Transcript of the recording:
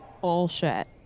bullshit